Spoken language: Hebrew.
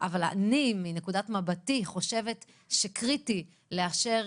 אבל מנקודת מבטי אני חושבת שקריטי לאשר